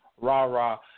rah-rah